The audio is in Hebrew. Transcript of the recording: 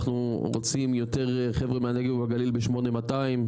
אנחנו רוצים יותר חבר'ה מהנגב ובגליל ב-8200,